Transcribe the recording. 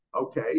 Okay